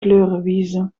kleurenwiezen